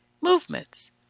Movements